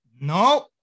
no